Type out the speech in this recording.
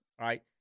right